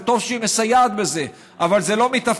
זה טוב שהיא מסייעת בזה, אבל זה לא מתפקידה.